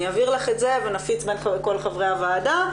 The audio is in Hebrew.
אני אעביר לך את זה ונפיץ בין כל חברי הוועדה.